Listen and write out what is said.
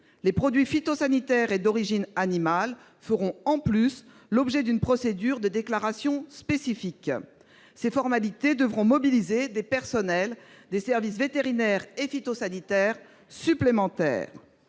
Les produits phytosanitaires et d'origine animale feront, en outre, l'objet d'une procédure de déclaration spécifique. Ces formalités mobiliseront des personnels des services vétérinaires et phytosanitaires supplémentaires.